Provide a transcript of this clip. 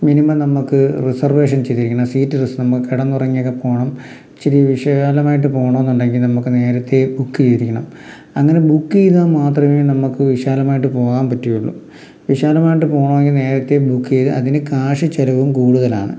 minimum നമുക്ക് reservation ചെയ്തിരിക്കണം seat നമക്ക് കിടന്നുറങ്ങിയൊക്കെ പോകണം ഇച്ചിരി വിശാലമായിട്ട് പോണന്നുണ്ടെങ്കി നമുക്ക് നേരത്തെ ബുക്ക് ചെയ്തിരിക്കണം അങ്ങനെ ബുക്ക് ചെയ്താൽ മാത്രമേ നമുക്ക് വിശാലമായിട്ട് പോകാൻ പറ്റുള്ളൂ വിശാലമായിട്ട് പോകണമെങ്കിൽ നേരത്തെ ബുക്ക് ചെയ്തു അതിന് കാശ് ചിലവും കൂടുതലാണ്